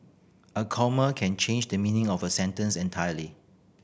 a comma can change the meaning of a sentence entirely